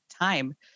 time